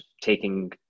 taking